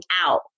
out